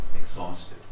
exhausted